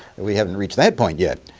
we haven't reached that point yet.